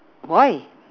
why